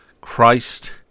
Christ